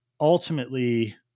Ultimately